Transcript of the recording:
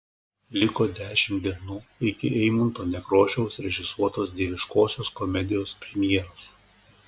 liko dešimt dienų iki eimunto nekrošiaus režisuotos dieviškosios komedijos premjeros